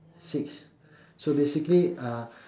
six so basically uh